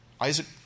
Isaac